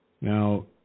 Now